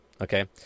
Okay